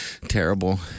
Terrible